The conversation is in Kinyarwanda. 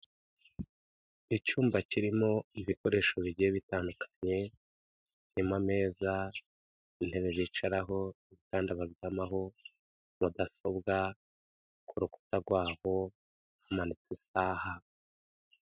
Icyumba kirimo ibikoresho bigiye bitandukanye harimo ameza, intebe bicaraho, ibitanda baryamaho, mudasobwa ku rukuta rwaho hamanitse isaha.